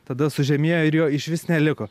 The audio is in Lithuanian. tada sužemėjo ir jo išvis neliko